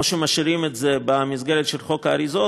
או שמשאירים את זה במסגרת של חוק האריזות